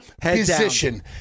position